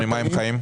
אז ממה הם חיים?